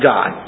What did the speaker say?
God